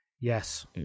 Yes